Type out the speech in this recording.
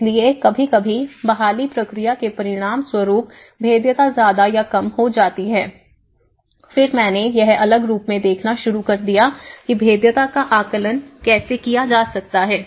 इसलिए कभी कभी बहाली प्रक्रिया के परिणामस्वरूप भेद्यता ज्यादा या कम हो जाती है फिर मैंने यह अलग रूप में देखना शुरू कर दिया कि भेद्यता का आकलन कैसे किया जा सकता है